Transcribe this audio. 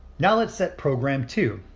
now let's set program two.